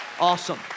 Awesome